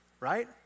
Right